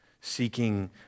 seeking